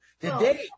Today